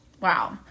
Wow